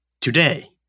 today